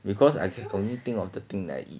because I can only think of the thing that I eat